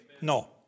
No